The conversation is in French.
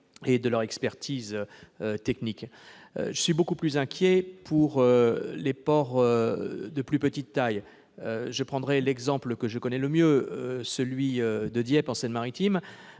et de leur expertise technique. Je suis beaucoup plus inquiet pour les ports de plus petite taille. Je prendrai l'exemple que je connais le mieux, celui de Dieppe en Seine-Maritime,